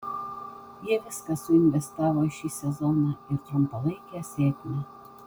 jie viską suinvestavo į šį sezoną ir trumpalaikę sėkmę